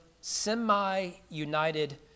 semi-united